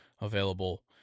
available